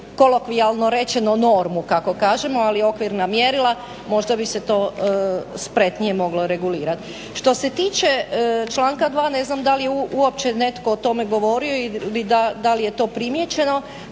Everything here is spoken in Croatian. kolokvijalno rečeno normu kako kažemo ali okvirna mjerila. Možda bi se to moglo spretnije regulirati. Što se tiče članka 2.ne znam da li je o tome uopće netko govorio i da li je to primijećeno,